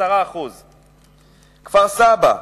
10%; כפר-סבא,